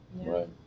right